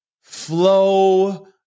flow